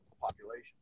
population